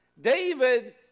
David